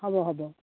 হ'ব হ'ব